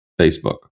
Facebook